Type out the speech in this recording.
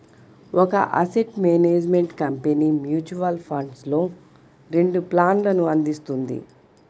ఒక asset management company mutual ఫండ్స్లో రెండు ప్లాన్లను అందిస్తుంది